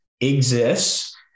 exists